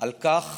על כך